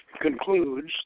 concludes